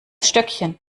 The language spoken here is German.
stöckchen